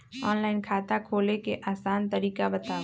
Online खाता खोले के आसान तरीका बताए?